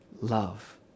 love